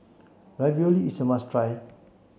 Ravioli is a must try